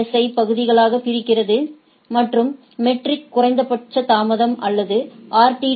S ஐ பகுதிகளாகப் பிரிக்கிறது மற்றும் மெட்ரிக் குறைந்தபட்ச தாமதம் அல்லது ஆர்டி